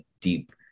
deep